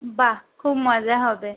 বাহ্ খুব মজা হবে